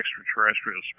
extraterrestrial